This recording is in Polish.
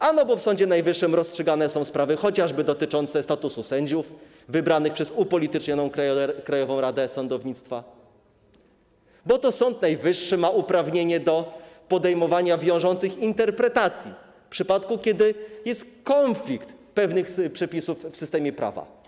A dlatego, że w Sądzie Najwyższym rozstrzygane są sprawy chociażby dotyczące statusu sędziów wybranych przez upolitycznioną Krajową Radę Sądownictwa, bo to Sąd Najwyższy ma uprawnienie do podejmowania wiążących interpretacji w przypadku, kiedy występuje konflikt przepisów w systemie prawa.